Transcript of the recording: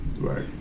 Right